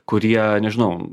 kurie nežinau